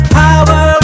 power